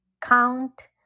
count